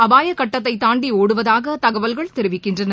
அபாயகட்டத்தைதாண்டிஒடுவதாகதகவல்கள் தெிவிக்கின்றன